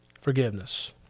Forgiveness